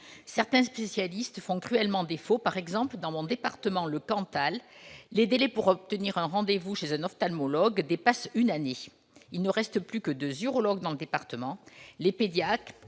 Certains spécialistes font cruellement défaut. Par exemple, dans mon département, le Cantal, les délais pour obtenir un rendez-vous chez un ophtalmologue dépassent une année. Il ne reste plus que deux urologues dans le département. Les pédiatres,